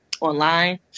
online